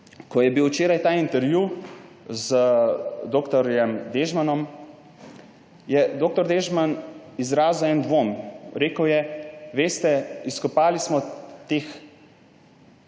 Ko je bil včeraj ta intervju z dr. Dežmanom, je dr. Dežman izrazil dvom. Rekel je: »Veste, izkopali smo teh